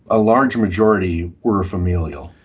a large majority were familial.